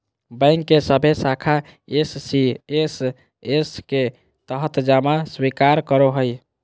bank के सभे शाखा एस.सी.एस.एस के तहत जमा स्वीकार करो हइ